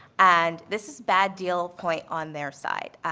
and this is bad deal point on their side.